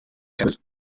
campus